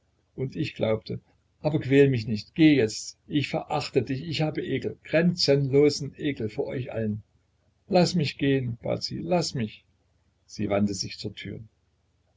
und ich glaubte aber quäl mich nicht geh jetzt ich verachte dich ich habe ekel grenzenlosen ekel vor euch allen laß mich gehen bat sie laß mich sie wandte sich zur tür